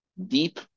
Deep